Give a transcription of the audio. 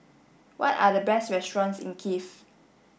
what are the best restaurants in Kiev